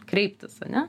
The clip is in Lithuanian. kreiptis ane